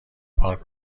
پارک